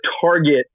target